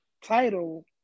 title